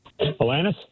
Alanis